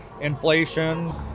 inflation